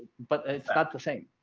but it's not the same.